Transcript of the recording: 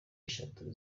eshatu